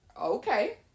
Okay